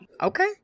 Okay